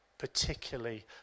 particularly